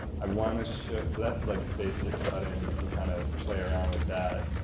i want to show-so that's like basic cutting, you can kind of play around with that,